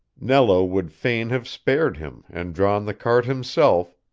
nello would fain have spared him and drawn the cart himself,